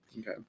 Okay